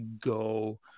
go